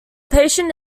patient